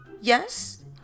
yes